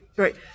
Right